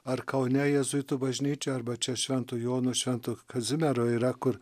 ar kaune jėzuitų bažnyčioj arba čia švento jono švento kazimiero yra kur